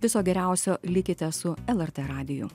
viso geriausio likite su lrt radiju